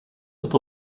dat